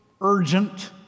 urgent